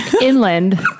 inland